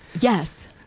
Yes